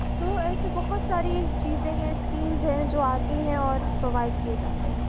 تو ایسے بہت ساری چیزیں ہیں اسکیمز ہیں جو آتی ہیں اور پروائڈ کیے جاتے ہیں